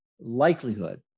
likelihood